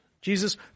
Jesus